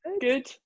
Good